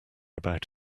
about